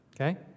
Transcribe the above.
Okay